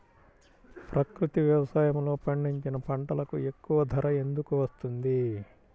ప్రకృతి వ్యవసాయములో పండించిన పంటలకు ఎక్కువ ధర ఎందుకు వస్తుంది?